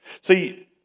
See